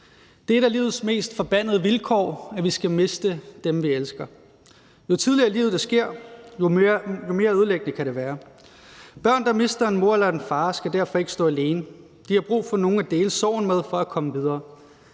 Det er et af livets mest forbandede vilkår, at vi skal miste dem, vi elsker. Jo tidligere i livet det sker, jo mere ødelæggende kan det være. Børn, der mister en mor eller en far, skal derfor ikke stå alene. De har brug for nogen at dele sorgen med for at komme videre.